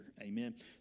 amen